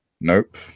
nope